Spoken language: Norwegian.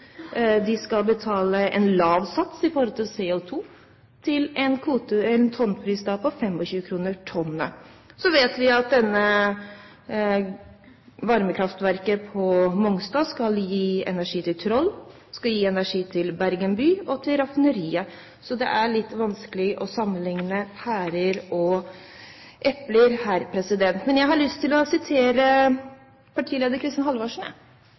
De skal betale en lav sats når det gjelder CO2 – en tonnpris på 25 kr. Så vet vi at dette varmekraftverket på Mongstad skal gi energi til Troll, det skal gi energi til Bergen by og til raffineriet. Så det er litt vanskelig å sammenligne pærer og epler. Jeg har lyst til å sitere hva partileder Kristin Halvorsen